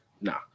nah